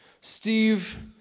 Steve